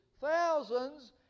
thousands